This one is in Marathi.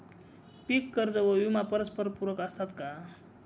पीक कर्ज व विमा परस्परपूरक असतात का?